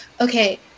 okay